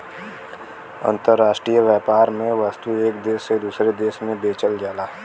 अंतराष्ट्रीय व्यापार में वस्तु एक देश से दूसरे देश में बेचल जाला